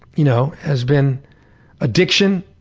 you know has been addiction,